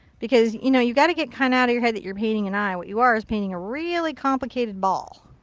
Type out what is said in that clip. because, you know, you got to get kind of out of your head that you're painting an eye. what you are, is painting a really complicated ball.